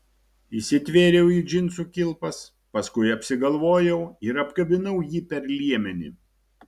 įsitvėriau į džinsų kilpas paskui apsigalvojau ir apkabinau jį per liemenį